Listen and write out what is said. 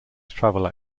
travel